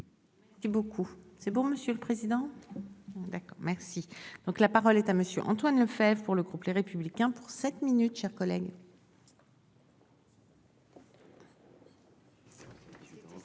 C'est beaucoup, c'est bon. Monsieur le président. D'accord merci. Donc, la parole est à monsieur Antoine Lefèvre pour le groupe Les Républicains pour sept minutes, chers collègues.